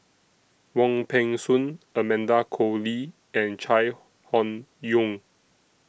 Wong Peng Soon Amanda Koe Lee and Chai Hon Yoong